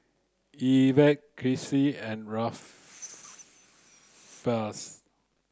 Evertt Kizzy and